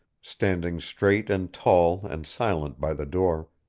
standing straight and tall and silent by the door,